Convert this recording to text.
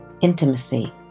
intimacy